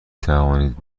توانید